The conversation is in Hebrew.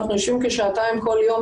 אנחנו יושבים כאן שעתיים כל יום,